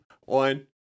one